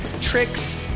tricks